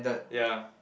ya